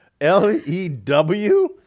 L-E-W